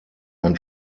ein